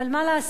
אבל מה לעשות,